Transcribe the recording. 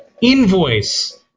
Invoice